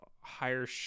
higher